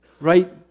Right